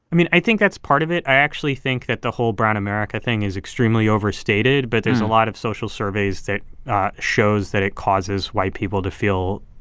mean, i think that's part of it. i actually think that the whole brown america thing is extremely overstated, but there's a lot of social surveys that shows that it causes white people to feel